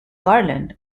garland